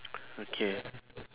okay